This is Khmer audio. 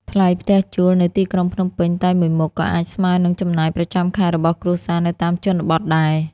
ថ្លៃផ្ទះជួលនៅទីក្រុងភ្នំពេញតែមួយមុខ ក៏អាចស្មើនឹងចំណាយប្រចាំខែរបស់គ្រួសារនៅតាមជនបទដែរ។